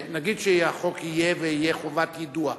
נגיד שהחוק יהיה ותהיה חובת יידוע,